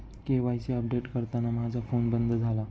KYC update करताना माझा phone बंद झाला